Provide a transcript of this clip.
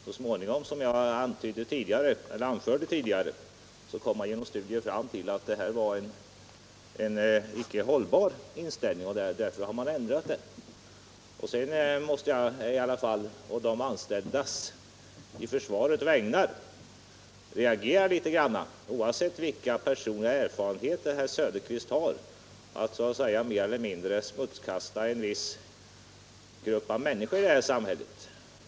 Så småningom kom man dock, som jag anförde tidigare, genom studier fram till insikten om att denna inställning icke var hållbar, och man ändrade därför uppfattning. Jag måste i alla fall på de anställdas i försvaret vägnar — oavsett vilka personer herr Söderqvist avser och vilka erfarenheter han har — reagera mot herr Söderqvists sätt att smutskasta en viss grupp av människor i vårt samhälle.